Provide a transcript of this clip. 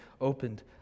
opened